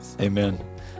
Amen